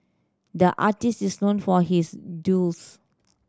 the artist is known for his